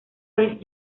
vez